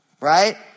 right